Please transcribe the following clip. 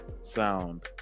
sound